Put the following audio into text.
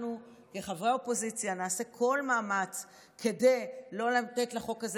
אנחנו כחברי האופוזיציה נעשה כל מאמץ כדי לא לתת לחוק הזה